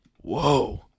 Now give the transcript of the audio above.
Whoa